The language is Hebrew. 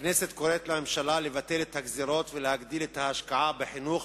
הכנסת קוראת לממשלה לבטל את הגזירות ולהגדיל את ההשקעה בחינוך,